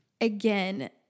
again